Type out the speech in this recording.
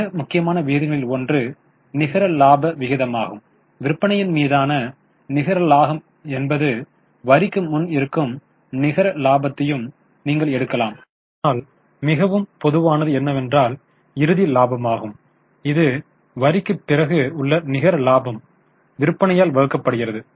மிக முக்கியமான விகிதங்களில் ஒன்று நிகர இலாப விகிதமாகும் விற்பனையின் மீதான நிகர லாபம் என்பது வரிக்கு முன் இருக்கும் நிகர லாபத்தையும் நீங்கள் எடுக்கலாம் ஆனால் மிகவும் பொதுவானது என்னவென்றால் இறுதி லாபமாகும் இது வரிக்குப் பிறகு உள்ள நிகர லாபம் விற்பனையால் வகுக்கப்படுகிறது